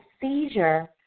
seizure